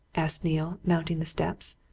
asked neale, mounting the steps.